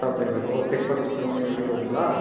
அப்படிங்களா சார் ஒரு டிப்பர்க்கு மூணு யூனிட் வரும்ங்களா